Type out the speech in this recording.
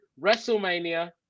wrestlemania